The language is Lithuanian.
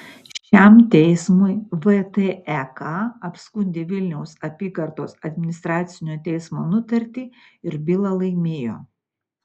šiam teismui vtek apskundė vilniaus apygardos administracinio teismo nutartį ir bylą laimėjo